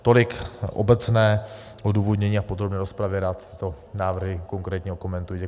Tolik obecné odůvodnění a v podrobné rozpravě rád tyto návrhy konkrétně okomentuji.